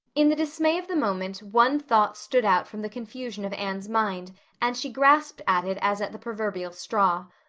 in the dismay of the moment one thought stood out from the confusion of anne's mind and she grasped at it as at the proverbial straw.